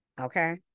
Okay